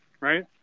right